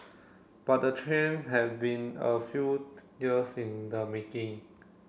but the trends has been a few years in the making